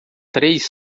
três